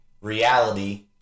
Reality